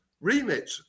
remit